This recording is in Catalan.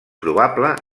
probable